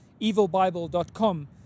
evilbible.com